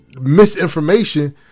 misinformation